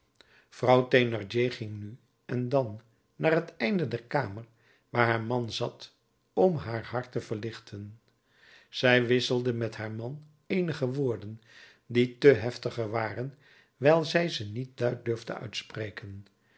vrouw thénardier ging nu en dan naar het einde der kamer waar haar man zat om haar hart te verlichten zij wisselde met haar man eenige woorden die te heftiger waren wijl zij ze niet luid durfde uitspreken